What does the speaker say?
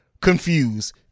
Confused